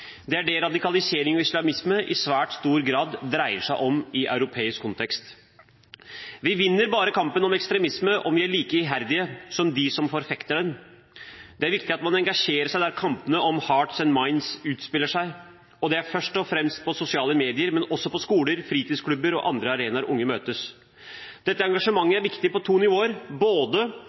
Det er det radikalisering og islamisme i svært stor grad dreier seg om i europeisk kontekst. Vi vinner kampen mot ekstremisme bare om vi er like iherdige som de som forfekter den. Det er viktig at man engasjerer seg der kampene om «hearts and minds» utspiller seg, og det er først og fremst på sosiale medier, men også på skoler, fritidsklubber og andre arenaer der unge møtes. Dette engasjementet er viktig på to nivåer: både